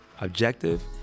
objective